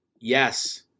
Yes